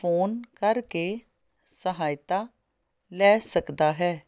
phone ਕਰਕੇ ਸਹਾਇਤਾ ਲੈ ਸਕਦਾ ਹੈ